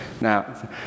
Now